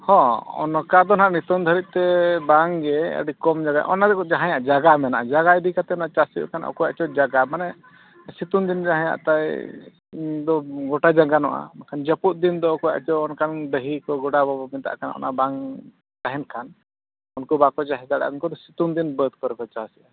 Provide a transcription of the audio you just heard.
ᱦᱚᱸ ᱚᱱᱠᱟ ᱫᱚᱱᱟᱜ ᱱᱤᱛᱳᱝ ᱫᱷᱟᱹᱨᱤᱡᱛᱮ ᱵᱟᱝᱜᱮ ᱟᱹᱰᱤ ᱠᱚᱢ ᱡᱟᱜᱟ ᱚᱱᱟ ᱞᱟᱹᱜᱤᱫ ᱡᱟᱦᱟᱸᱭᱟᱜ ᱡᱟᱭᱜᱟ ᱢᱮᱱᱟᱜᱼᱟ ᱡᱟᱭᱜᱟ ᱤᱫᱤ ᱠᱟᱛᱮᱫ ᱪᱟᱥᱮᱫ ᱠᱟᱱ ᱚᱠᱚᱭᱟᱜ ᱪᱚ ᱡᱟᱭᱜᱟ ᱢᱟᱱᱮ ᱥᱤᱛᱩᱝᱫᱤᱱ ᱡᱟᱦᱟᱸᱭᱟᱜ ᱛᱟᱭ ᱫᱚ ᱜᱚᱴᱟᱜᱮ ᱜᱟᱱᱚᱜᱼᱟ ᱡᱟᱹᱯᱩᱫ ᱫᱤᱱ ᱫᱚ ᱚᱠᱚᱭᱟᱜ ᱪᱚ ᱚᱱᱠᱟᱱ ᱰᱟᱹᱦᱤ ᱠᱚ ᱜᱚᱰᱟ ᱠᱚᱠᱚ ᱢᱮᱛᱟᱜ ᱠᱟᱱᱟ ᱚᱱᱟ ᱵᱟᱝ ᱛᱟᱦᱮᱱ ᱠᱷᱟᱱ ᱩᱱᱠᱩ ᱵᱟᱠᱚ ᱪᱟᱥ ᱫᱟᱲᱮᱭᱟᱜᱼᱟ ᱩᱱᱠᱩ ᱫᱚ ᱥᱤᱛᱩᱝᱫᱤᱱ ᱵᱟᱹᱫᱽ ᱠᱚᱨᱮ ᱠᱚ ᱪᱟᱥᱟ